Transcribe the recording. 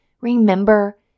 remember